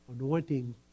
anointing